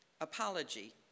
apology